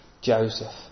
Joseph